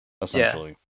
essentially